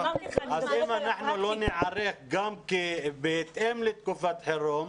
אז אם אנחנו לא ניערך בהתאם לתקופת חירום,